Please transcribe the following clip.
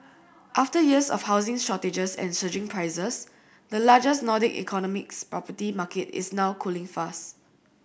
after years of housing shortages and surging prices the largest Nordic economy's property market is now cooling fast